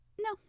No